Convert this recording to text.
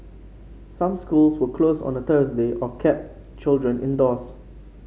some schools were closed on Thursday or kept children indoors